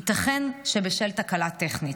ייתכן שבשל תקלה טכנית.